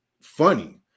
funny